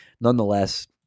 nonetheless